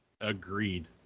Agreed